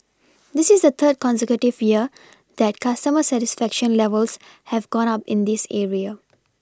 this is the third consecutive year that customer satisfaction levels have gone up in this area